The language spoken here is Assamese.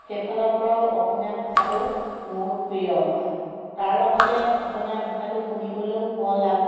সেইফালৰ পৰাও অসমীয়া ভাষাটো মোৰ প্ৰিয় তাৰ লগতে অসমীয়া ভাষাটো শুনিবলৈও শুৱলা